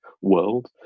world